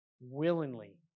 willingly